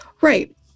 right